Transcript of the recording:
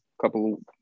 couple